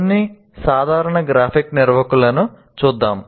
కొన్ని సాధారణ గ్రాఫిక్ నిర్వాహకులను చూద్దాం